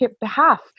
behalf